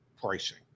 pricing